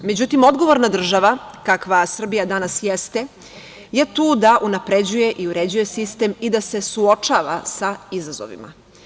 Međutim, odgovorna država, kakva Srbija danas jeste je tu da unapređuje i uređuje sistem i da se suočava sa izazovima.